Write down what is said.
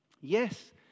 Yes